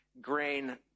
grain